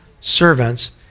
servants